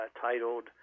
titled